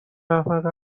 احمقه